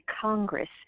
Congress